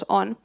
on